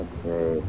Okay